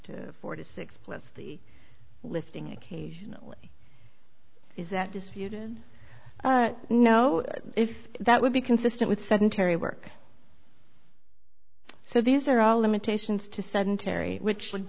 to four to six plus the lifting occasionally is that disputed no if that would be consistent with sedentary work so these are all limitations to sudden terry which would